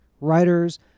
writers